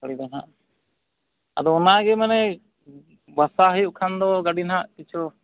ᱟᱹᱜᱩᱭᱵᱮᱱ ᱦᱟᱜ ᱟᱫᱚ ᱚᱱᱟᱜᱮ ᱢᱟᱱᱮ ᱵᱟᱥᱟ ᱦᱩᱭᱩᱜ ᱠᱷᱟᱱᱫᱚ ᱜᱟᱹᱰᱤ ᱱᱟᱦᱟᱜ ᱠᱤᱪᱷᱩ